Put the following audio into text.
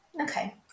Okay